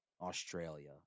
australia